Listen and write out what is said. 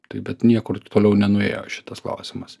tai bet niekur toliau nenuėjo šitas klausimas